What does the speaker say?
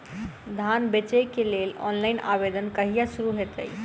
धान बेचै केँ लेल ऑनलाइन आवेदन कहिया शुरू हेतइ?